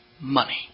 money